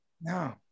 No